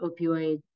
opioid